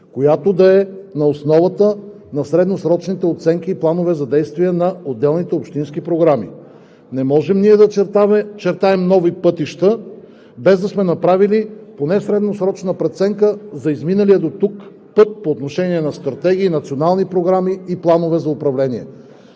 която да е на основата на средносрочните оценки и планове за действие на отделните общински програми. Не можем да чертаем нови пътища, без да сме направили поне средносрочна преценка за изминатия дотук път по отношение на стратегии, национални програми и планове за управление.